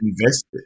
invested